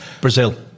brazil